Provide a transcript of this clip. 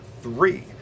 three